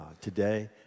today